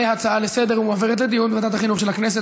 להצעה לסדר-היום ולהעביר את הנושא לוועדת החינוך,